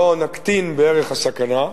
לא נקטין בערך הסכנה,